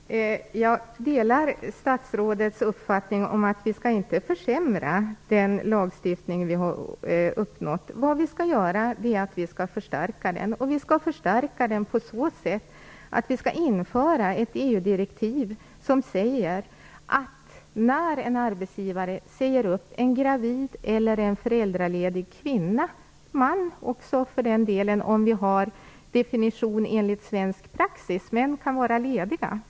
Herr talman! Jag delar statsrådets uppfattning om att vi inte skall försämra den lagstiftning vi har uppnått. Vi skall förstärka den, och det skall vi göra genom att införa ett EU-direktiv. Detta EU-direktiv säger att när en arbetsgivare säger upp en gravid eller en föräldraledig kvinna skall man göra en uttömmande skriftlig motivering. Detta gäller för den delen också män, om vi har en definition i enlighet med svensk praxis där män kan vara lediga.